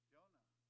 Jonah